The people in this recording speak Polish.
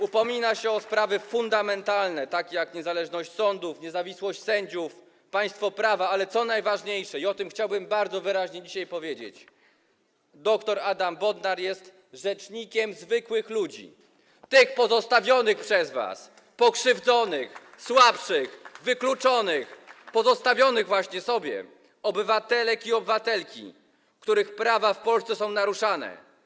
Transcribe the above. Upomina się o sprawy fundamentalne, takie jak niezależność sądów, niezawisłość sędziów, państwo prawa, ale co najważniejsze, i o tym chciałbym bardzo wyraźnie dzisiaj powiedzieć, dr Adam Bodnar jest rzecznikiem zwykłych ludzi, tych pozostawionych przez was, pokrzywdzonych, słabszych, wykluczonych, pozostawionych sobie obywatelek i obywateli, których prawa w Polsce są naruszane.